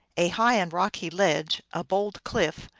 a high and rocky ledge, a bold cliff,